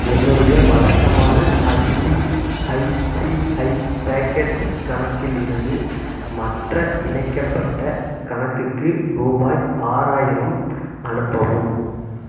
என்னுடைய வழக்கமான ICICI pockets கணக்கிலிருந்து மற்ற இணைக்கப்பட்ட கணக்குக்கு ருபாய் ஆறாயிரம் அனுப்பவும்